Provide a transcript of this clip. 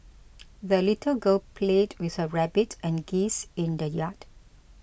the little girl played with her rabbit and geese in the yard